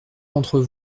d’entre